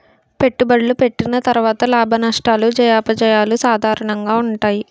పెట్టుబడులు పెట్టిన తర్వాత లాభనష్టాలు జయాపజయాలు సాధారణంగా ఉంటాయి